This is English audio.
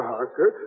Harker